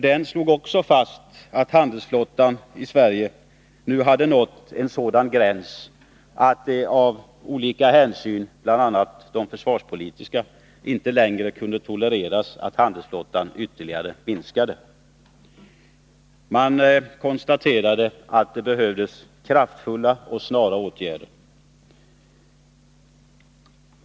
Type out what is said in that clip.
Den slog fast att den svenska handelsflottan nu hade blivit så liten att en ytterligare minskning av olika skäl, bl.a. försvarspolitiska, inte kunde tolereras. Man konstaterade att det behövdes kraftfulla och snara åtgärder.